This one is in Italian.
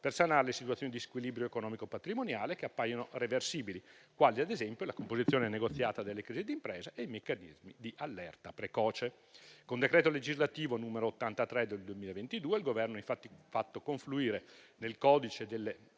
per sanare le situazioni di squilibrio economico patrimoniale che appaiono reversibili, quali ad esempio la composizione negoziata delle crisi d'impresa e i meccanismi di allerta precoce. Con decreto legislativo n. 83 del 2022, il Governo ha infatti fatto confluire nel codice delle